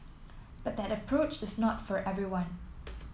but that approach is not for everyone